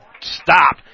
stop